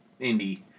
indie